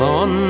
on